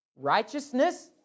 Righteousness